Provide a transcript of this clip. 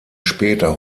später